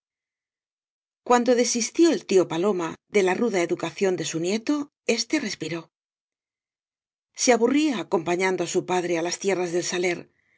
cuando desistió el tío paloma de la ruda educacióq de su nieto éste respiró se aburría acompañando á su padre á las tíe rras del saler